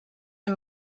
and